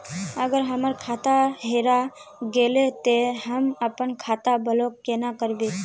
अगर हमर खाता हेरा गेले ते हम अपन खाता ब्लॉक केना करबे?